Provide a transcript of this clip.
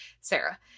Sarah